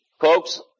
Folks